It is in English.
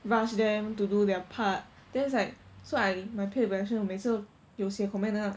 rush them to do their part then it's like so I my peer evaluation 每次都有写 comment 的 lah